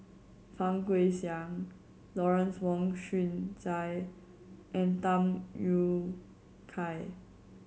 Fang Guixiang Lawrence Wong Shyun Tsai and Tham Yui Kai